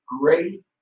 great